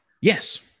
Yes